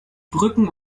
brücken